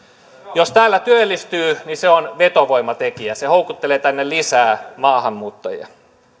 jos täällä työllistyy niin se on vetovoimatekijä se houkuttelee tänne lisää maahanmuuttajia